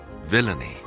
villainy